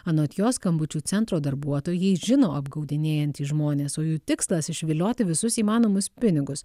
anot jo skambučių centro darbuotojai žino apgaudinėjantys žmonės o jų tikslas išvilioti visus įmanomus pinigus